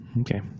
Okay